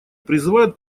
призывают